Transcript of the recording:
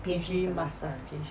degree master's PhD